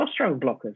blockers